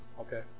okay